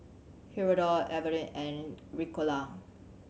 Hirudoid Avene and Ricola